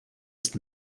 ist